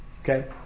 Okay